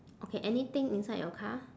okay anything inside your car